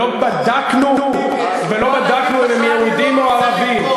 ולא בדקנו אם הם יהודים או ערבים,